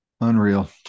unreal